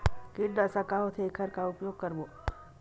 कीटनाशक का होथे एखर का उपयोग करबो?